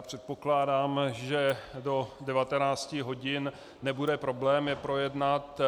Předpokládám, že do 19 hodin nebude problém je projednat.